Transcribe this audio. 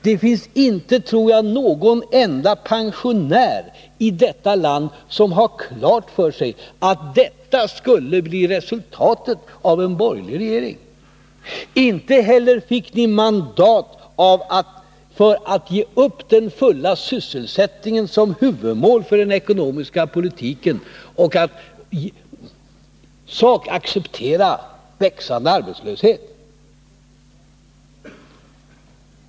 Det finns inte, tror jag, någon enda pensionär i detta land som hade klart för sig att detta skulle bli resultatet av en borgerlig regering. Inte heller fick ni mandat att ge upp den fulla sysselsättningen som huvudmål för den ekonomiska politiken och att i sak acceptera växande arbetslöshet.